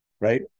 right